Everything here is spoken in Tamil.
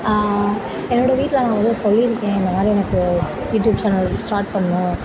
என்னோடய வீட்டில் அதுமாதிரி சொல்லியிருக்கேன் இந்த மாதிரி எனக்கு யூடியூப் சேனல் ஸ்டார்ட் பண்ணணும்